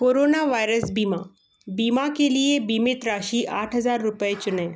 corona virus बीमा बीमा के लिए बीमित राशि आठ हज़ार रुपये चुनें